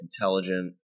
intelligent